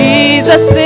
Jesus